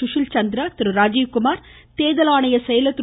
சுஷில் சந்திரா திரு ாஜீவ்குமார் தேர்தல் ஆணைய செயலர் திரு